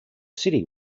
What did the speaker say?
city